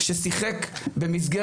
היו הרבה שיחות והיו מפגשים,